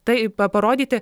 tai pa parodyti